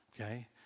Okay